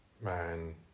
man